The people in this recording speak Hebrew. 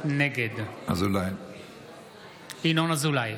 נגד ינון אזולאי,